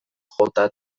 jota